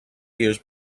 years